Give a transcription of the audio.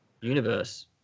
universe